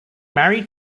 married